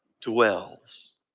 dwells